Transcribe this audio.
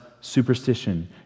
superstition